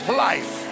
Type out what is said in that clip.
life